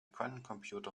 quantencomputer